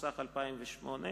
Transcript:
התשס"ח 2008,